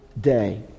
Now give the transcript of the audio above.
day